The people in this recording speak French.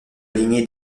lignée